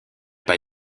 pas